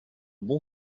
bon